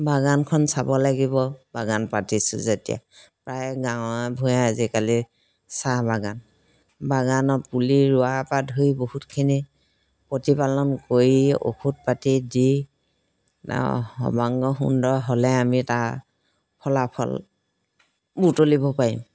বাগানখন চাব লাগিব বাগান পাতিছোঁ যেতিয়া প্ৰায় গাঁৱে ভূঞে আজিকালি চাহ বাগান বাগানত পুলি ৰোৱা পা ধুই বহুতখিনি প্ৰতিপালন কৰি ঔষধ পাতি দি সমংগ সুন্দৰ হ'লে আমি তাৰ ফলাফল বুটলিব পাৰিম